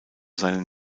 seinen